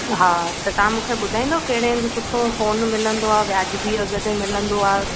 हा त तव्हां मूंखे बुधायंदव कहिंड़े हंधि सुठो सोन मिलंदो आहे वाजबी अघि ते मिलंदो आहे